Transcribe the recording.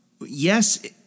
Yes